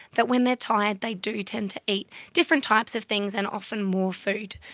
that when they're tired they do tend to eat different types of things and often more food.